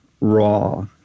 raw